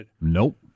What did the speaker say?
nope